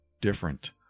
different